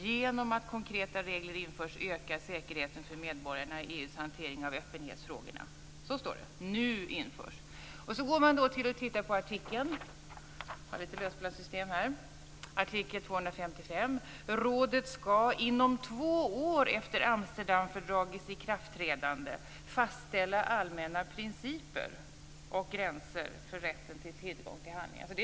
Genom att konkreta regler införs ökar säkerheten för medborgarna i EU:s hantering av öppenhetsfrågorna. Så står det: Nu införs. Går man vidare och tittar på artikel 255 finner man: Rådet skall inom två år efter Amsterdamfördragets ikraftträdande fastställa allmänna principer och gränser för rätten till tillgång till handlingar.